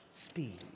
speed